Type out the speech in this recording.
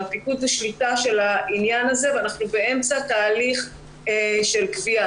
על הפיקוד ושליטה של העניין הזה ואנחנו באמצע תהליך של קביעה.